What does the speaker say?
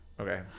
Okay